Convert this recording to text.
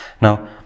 Now